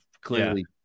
clearly